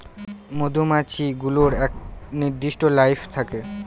মধুমাছি গুলোর এক নির্দিষ্ট লাইফ থাকে